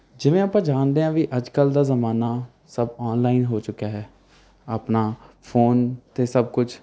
ਜਿਵੇਂ ਆਪਾਂ ਜਾਣਦੇ ਹਾਂ ਵੀ ਅੱਜ ਕੱਲ੍ਹ ਦਾ ਜਮਾਨਾ ਸਭ ਔਨਲਾਈਨ ਹੋ ਚੁੱਕਿਆ ਹੈ ਆਪਣਾ ਫੋਨ 'ਤੇ ਸਭ ਕੁਛ